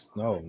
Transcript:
no